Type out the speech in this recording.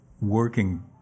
working